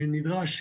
נדרש,